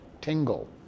tingle